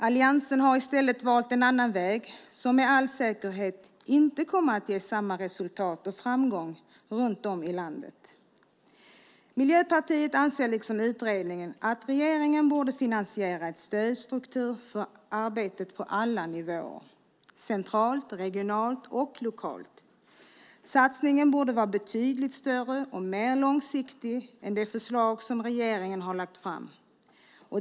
Alliansen har i stället valt en annan väg som med all säkerhet inte kommer att ge samma resultat och framgång runt om i landet. Miljöpartiet anser, liksom utredningen, att regeringen borde finansiera en stödstruktur för arbetet på alla nivåer, centralt, regionalt och lokalt. Satsningen borde vara betydligt större och mer långsiktig än satsningen i det förslag som regeringen har lagt fram.